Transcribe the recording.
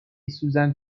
سوزن